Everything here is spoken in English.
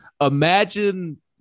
imagine